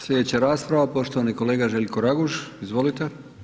Slijedeća rasprava, poštovani kolega Željko Raguž, izvolite.